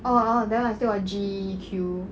oh oh that [one] I still got G_E_Q